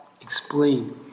explain